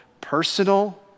personal